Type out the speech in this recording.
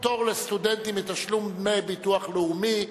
פטור לסטודנטים מתשלום דמי ביטוח לאומי),